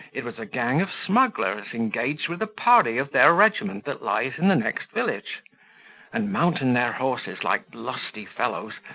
it was a gang of smugglers engaged with a party of their regiment that lies in the next village and mounting their horses like lusty fellows,